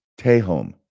tehom